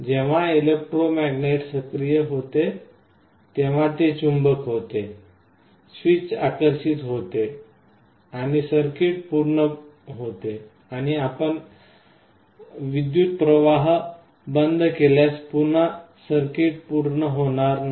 जेव्हा इलेक्ट्रोमॅनेट सक्रिय होते तेव्हा ते चुंबक होते स्विच आकर्षित होते आणि सर्किट पूर्ण होते आणि आपण विद्युत प्रवाह बंद केल्यास पुन्हा सर्किट पूर्ण होणार नाही